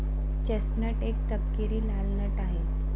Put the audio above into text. chestnut एक तपकिरी लाल नट आहे